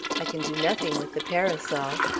i can do nothing with the parasol.